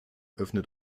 öffnet